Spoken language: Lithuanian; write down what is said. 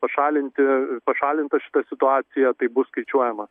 pašalinti pašalinta šita situacija tai bus skaičiuojama